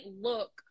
look